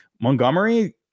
Montgomery